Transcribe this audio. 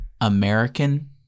American